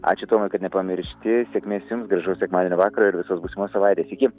ačiū tomai kad nepamiršti sėkmės jum gražaus sekmadienio vakaro ir visos būsimos savaitės iki